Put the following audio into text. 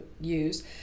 use